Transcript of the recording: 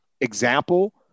example